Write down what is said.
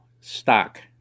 stock